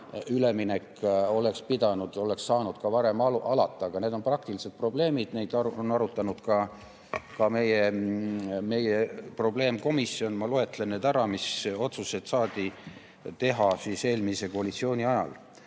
üleminek oleks pidanud, oleks saanud ka varem alata. Aga need on praktilised probleemid, neid on arutanud ka meie probleemkomisjon. Ma loetlen, mis otsused saadi teha eelmise koalitsiooni ajal.